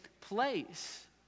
place